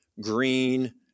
green